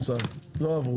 הצבעה בעד 4. נגד 7. לא עברה.